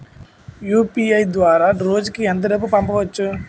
UPI ద్వారా రోజుకి ఎంత డబ్బు పంపవచ్చు?